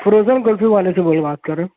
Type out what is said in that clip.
frozen kulfi والے سے کوئی بات کر رہے ہیں